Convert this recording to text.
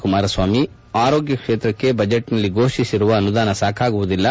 ಕುಮಾರಸ್ವಾಮಿ ಆರೋಗ್ಯ ಕ್ಷೇತ್ರಕ್ಕೆ ಬಜೆಟ್ನಲ್ಲಿ ಘೋಷಿಸಿರುವ ಅನುದಾನ ಸಾಕಾಗುವುದಿಲ್ಲ